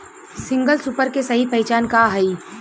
Single super के सही पहचान का हई?